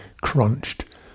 crunched